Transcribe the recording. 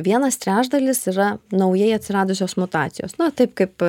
vienas trečdalis yra naujai atsiradusios mutacijos na taip kaip